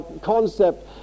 concept